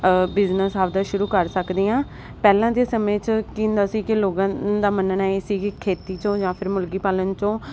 business ਆਪਦਾ ਸ਼ੁਰੂ ਕਰ ਸਕਦੇ ਆਂ ਪਹਿਲਾਂ ਦੇ ਸਮੇਂ ਚ ਕੀ ਹੁੰਦਾ ਸੀ ਕੀ ਲੋਗਾ ਦਾ ਮੰਨਣਾ ਇਹ ਸੀ ਕਿ ਖੇਤੀ ਚੋਂ ਜਾਂ ਫਿਰ ਮੁਰਗੀ ਪਾਲਣ ਚੋਂ